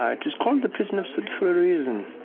um it is called the prison of soot for a reason.